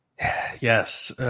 Yes